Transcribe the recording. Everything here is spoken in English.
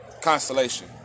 constellation